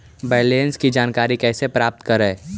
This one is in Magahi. बैलेंस की जानकारी कैसे प्राप्त करे?